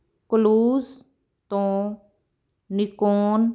clues ਤੋਂ Nikon